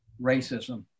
racism